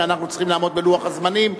אנחנו צריכים לעמוד בלוח הזמנים.